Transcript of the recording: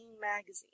Magazine